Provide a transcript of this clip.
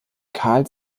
carl